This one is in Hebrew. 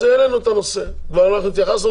אז העלינו את הנושא ואנחנו כבר התייחסנו